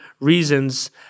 reasons